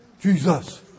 Jesus